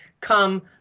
come